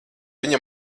viņa